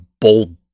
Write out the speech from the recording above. bold